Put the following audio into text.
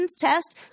test